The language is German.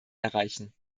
erreichen